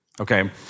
okay